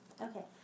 Okay